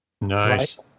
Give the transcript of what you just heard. Nice